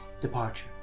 departure